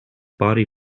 body